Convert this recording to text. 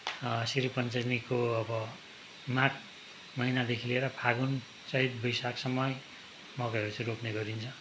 श्री पञ्चमीको अब माघ महिनादेखि लिएर फागुन चैत वैशाखसम्म मकैहरू चाहिँ रोप्ने गरिन्छ